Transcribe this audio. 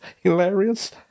hilarious